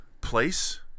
place